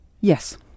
Yes